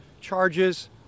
charges